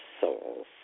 souls